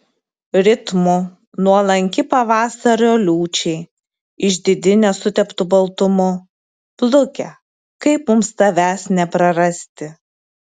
ritmu nuolanki pavasario liūčiai išdidi nesuteptu baltumu pluke kaip mums tavęs neprarasti